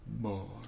more